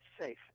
safe